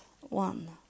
one